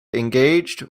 engaged